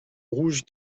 rouge